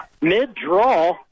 mid-draw